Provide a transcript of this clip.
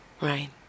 right